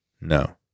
No